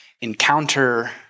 encounter